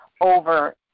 over